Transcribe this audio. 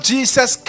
Jesus